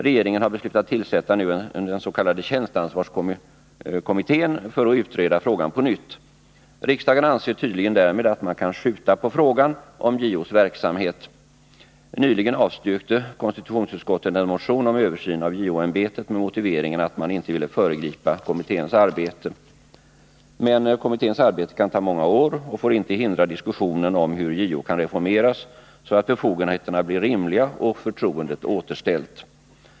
Regeringen har beslutat tillsätta den s k tjänsteansvarskommittén för att utreda frågan på nytt. Riksdagen anser tydligen därmed att man kan skjuta på frågan om JO:s verksamhet. Nyligen avstyrkte konstitutionsutskottet en motion om översyn av JO-ämbetet med motiveringen att man inte vill föregripa kommitténs arbete. Men kommitténs arbete kan ta många år och får inte hindra diskussionen om hur JO kan reformeras så att befogenheterna blir rimliga och förtroendet återställt.